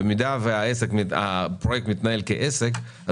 במידה והפרויקט מתנהל כעסק,